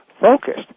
focused